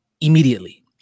immediately